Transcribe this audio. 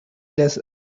desert